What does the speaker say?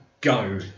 go